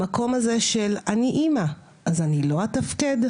המקום הזה של אני אימא, אז אני לא אתפקד?